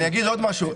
אני אגיד עוד משהו.